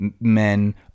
men